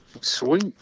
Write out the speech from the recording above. sweet